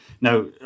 Now